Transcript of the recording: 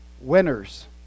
winners